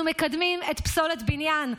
אנחנו מקדמים את פסולת הבניין,